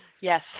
yes